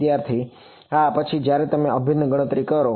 વિદ્યાર્થી હા પછી જ્યારે તમે અભિન્ન ગણતરી કરો